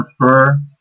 prefer